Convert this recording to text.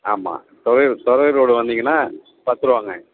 ஆமாம் துறையூர் துறையூர் ரோடு வந்தீங்கன்னால் பத்துரூபாங்க